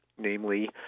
namely